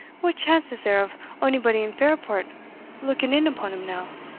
what chance is there of onybody in fairport looking in upon him now?